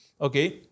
Okay